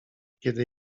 kiedy